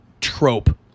trope